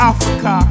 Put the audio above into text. Africa